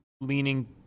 leaning